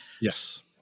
Yes